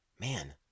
Man